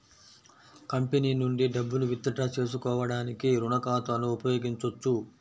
company నుండి డబ్బును withdraw చేసుకోవడానికి రుణ ఖాతాను ఉపయోగించొచ్చు